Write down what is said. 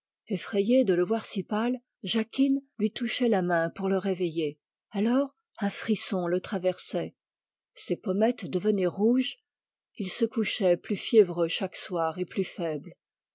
effrayée de le voir si pâle jacquine lui touchait la main pour le réveiller alors un frisson le traversait ses pommettes devenaient rouges il se couchait plus fiévreux chaque soir et plus faible